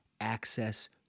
access